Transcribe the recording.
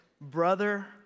Brother